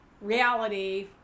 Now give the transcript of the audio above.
reality